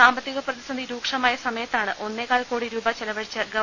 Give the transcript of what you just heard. സാമ്പത്തിക പ്രതിസന്ധി രൂക്ഷമായ സമയത്താണ് ഒന്നേ കാൽകോടി രൂപ ചെലവഴിച്ച് ഗവ